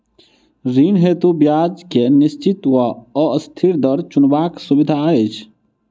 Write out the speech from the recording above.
ऋण हेतु ब्याज केँ निश्चित वा अस्थिर दर चुनबाक सुविधा अछि